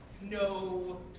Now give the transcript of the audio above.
no